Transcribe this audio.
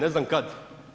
Ne znam kada.